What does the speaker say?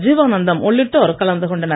ஜீவாந ந்தம் உள்ளிட்டோர் கலந்து கொண்டனர்